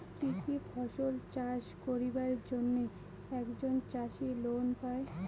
কি কি ফসল চাষ করিবার জন্যে একজন চাষী লোন পায়?